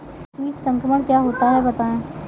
कीट संक्रमण क्या होता है बताएँ?